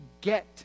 get